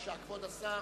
בבקשה, כבוד השר.